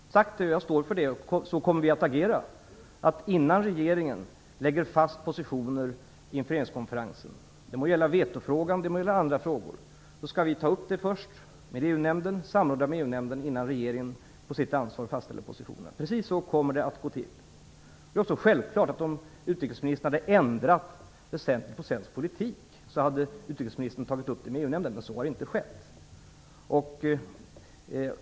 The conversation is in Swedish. Herr talman! Det har jag sagt, och det står jag för. Så kommer vi också att agera. Innan regeringen lägger fast positioner inför regeringskonferensen - det må gälla vetorätten eller andra frågor - skall vi först samråda med EU-nämnden. Precis så kommer det att gå till. Det är självklart att om utrikesministern hade ändrat i svensk politik, hade utrikesministern tagit upp det med EU-nämnden, men så har inte skett.